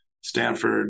Stanford